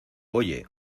oye